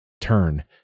turn